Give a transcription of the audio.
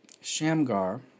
Shamgar